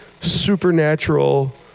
supernatural